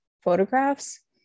Photographs